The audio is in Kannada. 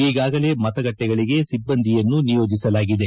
ಈಗಾಗಲೇ ಮತಗಟ್ಟೆಗಳಿಗೆ ಸಿಬ್ಬಂದಿಯನ್ನು ನಿಯೋಜಿಸಲಾಗಿದೆ